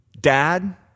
dad